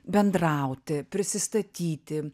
bendrauti prisistatyti